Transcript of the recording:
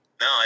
No